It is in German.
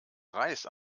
reis